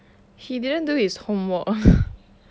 he didn't do his homework